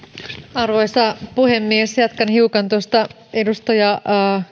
arvoisa puhemies jatkan hiukan tuosta edustaja